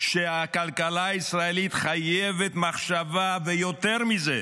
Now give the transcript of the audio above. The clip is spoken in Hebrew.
שהכלכלה הישראלית חייבת מחשבה ויותר מזה,